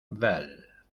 belles